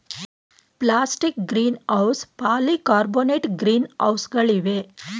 plastic greenhouse, polycarbonate green ಹೌಸ್ಗಳಿವೆ